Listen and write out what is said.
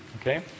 okay